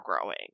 growing